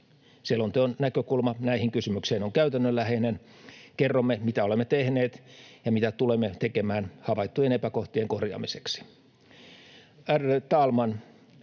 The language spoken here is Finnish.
Selonteon näkökulma näihin kysymyksiin on käytännönläheinen: kerromme, mitä olemme tehneet ja mitä tulemme tekemään havaittujen epäkohtien korjaamiseksi.